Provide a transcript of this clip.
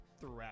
throughout